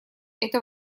это